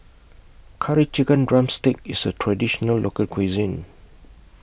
Curry Chicken Drumstick IS A Traditional Local Cuisine